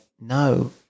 no